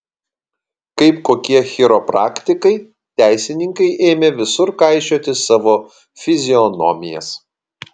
kaip kokie chiropraktikai teisininkai ėmė visur kaišioti savo fizionomijas